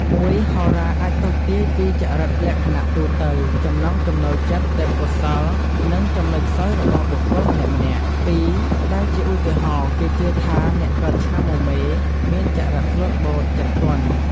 ១ហោរា អាចទស្សន៍ទាយពីចរិតលក្ខណៈទូទៅ ចំណង់ចំណូលចិត្ត ទេពកោសល្យ និងចំណុចខ្សោយរបស់បុគ្គលម្នាក់ៗ។ ២ដែលជាឧទាហរណ៍ គេជឿថាអ្នកកើតឆ្នាំមមែ មានចរិតស្លូតបូត ចិត្តទន់។